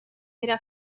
era